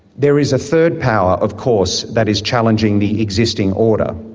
there is a third power, of course, that is challenging the existing order.